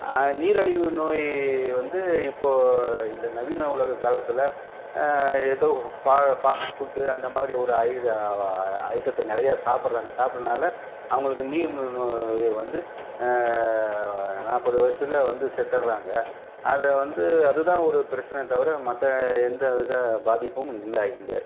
நீரழிவு நோய் வந்து இப்போது இந்த நவீன உலக காலத்தில் ஏதோ ஃபா ஃபாஸ்ட்டு ஃபுட்டு அந்த மாதிரி ஒரு ஐட்டத்தை நிறையா சாப்பிடுறாங்க சாப்பிடுறதுனால அவங்களுக்கு நீர் நோய் வந்து நாற்பது வயசில் வந்து செத்துடறாங்க அதை வந்து அது தான் ஒரு பிரச்சனையே தவிர மற்ற எந்த வித பாதிப்பும் இல்லை இங்கே